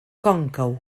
còncau